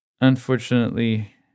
Unfortunately